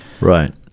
Right